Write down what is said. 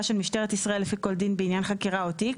של משטרת ישראל לפי כל דין בעניין חקירה או תיק,